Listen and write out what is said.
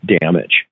damage